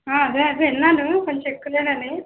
ఆ అదే విన్నాను కొంచం ఎక్కువేనని